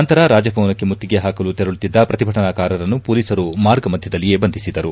ನಂತರ ರಾಜಭವನಕ್ಕೆ ಮುತ್ತಿಗೆ ಹಾಕಲು ತೆರಳುತ್ತಿದ್ದ ಪ್ರತಿಭಟನಾಕಾರರನ್ನು ಪೊಲೀಸರು ಮಾರ್ಗ ಮಧ್ಯದಲ್ಲಿಯೇ ಬಂಧಿಸಿದರು